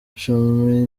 cumi